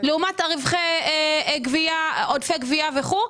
לעומת עודפי גבייה וכו',